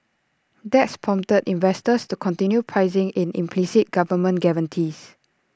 that's prompted investors to continue pricing in implicit government guarantees